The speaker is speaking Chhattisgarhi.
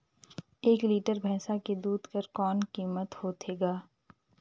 एक लीटर भैंसा के दूध कर कौन कीमत होथे ग?